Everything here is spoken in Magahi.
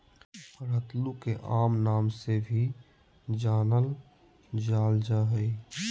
रतालू के आम नाम से भी जानल जाल जा हइ